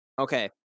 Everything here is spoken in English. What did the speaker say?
Okay